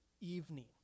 evening